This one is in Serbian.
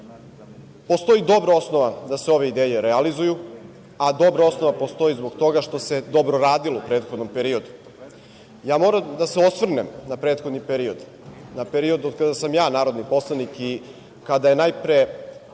Postoji dobra osnova da se ove ideje realizuju, a dobra osnova postoji zbog toga što se dobro radilo u prethodnom periodu. Ja moram da se osvrnem na prethodni period, na period od kada sam ja narodni poslanik i kada je najpre